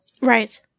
right